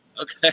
Okay